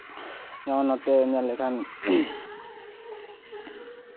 ᱚᱱᱟ ᱱᱚᱛᱮ ᱧᱮᱞ ᱞᱮᱠᱷᱟᱱ